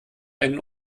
einen